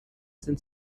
sind